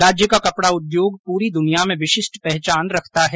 राज्य का कपड़ा उद्योग पूरी दुनिया में विशिष्ट पहचान रखता है